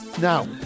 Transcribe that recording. Now